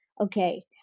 Okay